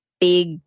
big